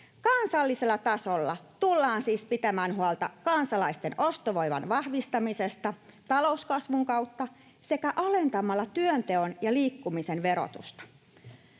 Kansallisella tasolla tullaan siis pitämään huolta kansalaisten ostovoiman vahvistamisesta talouskasvun kautta sekä alentamalla työnteon ja liikkumisen verotusta.